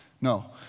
No